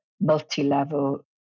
multi-level